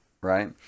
right